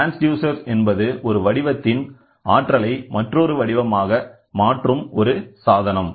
transducer என்பது ஒரு வடிவத்தின் ஆற்றலை மற்றொரு வடிவமாக மாற்றும் ஒரு சாதனம்